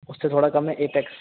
اس سے تھوڑا کم ہے ایپیکس